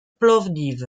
plovdiv